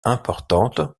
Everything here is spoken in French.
importantes